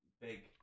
big